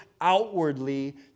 outwardly